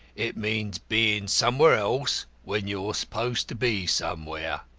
it means being somewhere else when you're supposed to be somewhere.